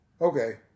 okay